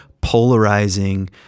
polarizing